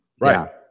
Right